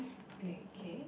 okay